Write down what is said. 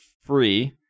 free